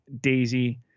Daisy